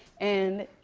and